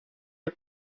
the